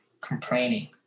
complaining